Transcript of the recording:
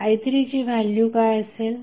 i3ची value काय असेल